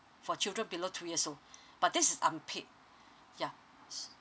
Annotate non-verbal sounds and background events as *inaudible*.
for children below two years old *breath* but this is unpaid ya